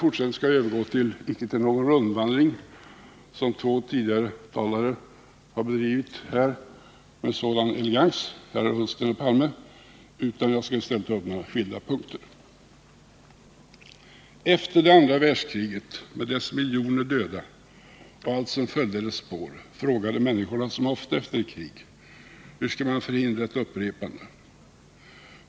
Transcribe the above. Jag skall inte göra någon sådan rundvandring som två tidigare talare, herrar Ullsten och Palme, gjort med sådan elegans, utan jag skall i fortsättningen i stället ta upp några skilda punkter. Efter det andra världskriget med dess miljoner döda och allt som följde i dess spår frågade människorna som ofta efter ett krig: Hur skall man förhindra ett upprepande?